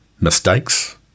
mistakes